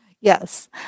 Yes